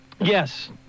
yes